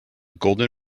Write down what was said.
golden